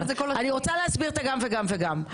אני רוצה להסביר את הגם וגם וגם,